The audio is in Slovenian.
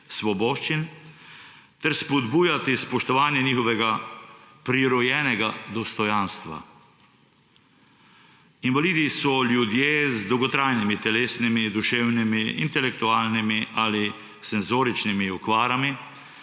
svoboščin ter spodbujati spoštovanje njihovega prirojenega dostojanstva. Invalidi so ljudje z dolgotrajnimi telesnimi, duševnimi, intelektualnimi ali senzoričnimi okvarami,